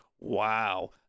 wow